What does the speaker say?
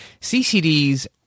CCDs